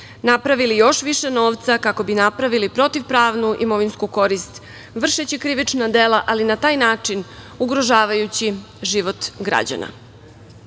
napravili još više novca, kako bi napravili protivpravnu imovinsku korist, vršeći krivična dela, ali na taj način ugrožavajući život